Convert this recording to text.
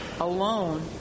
alone